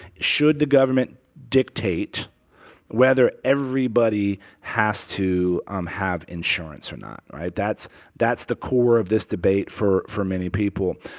should the government dictate whether everybody has to um have insurance or not, all right? that's that's the core of this debate for for many people.